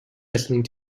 listening